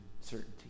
certainty